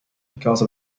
because